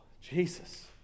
Jesus